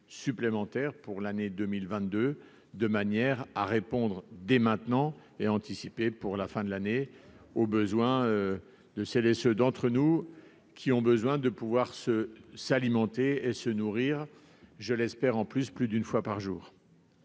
supplémentaires pour l'année 2022, de manière à répondre dès maintenant, et à les anticiper pour la fin de l'année, aux besoins de celles et ceux d'entre nous qui doivent pouvoir se nourrir- je l'espère -plus d'une fois par jour.